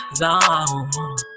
zone